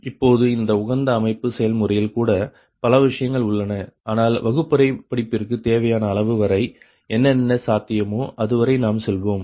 இப்பொழுது இந்த உகந்த அமைப்பு செயல்முறையில் கூட பல விஷயங்கள் உள்ளன ஆனால் வகுப்பறை படிப்பிற்கு தேவையான அளவு வரை என்னென்ன சாத்தியமோ அதுவரை நாம் செல்வோம்